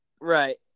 right